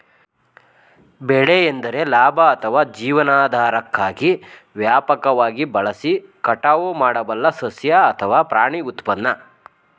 ಬೆಳೆ ಎಂದರೆ ಲಾಭ ಅಥವಾ ಜೀವನಾಧಾರಕ್ಕಾಗಿ ವ್ಯಾಪಕವಾಗಿ ಬೆಳೆಸಿ ಕಟಾವು ಮಾಡಬಲ್ಲ ಸಸ್ಯ ಅಥವಾ ಪ್ರಾಣಿ ಉತ್ಪನ್ನ